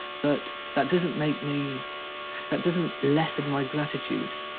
but that doesn't make me that doesn't lessen my gratitude.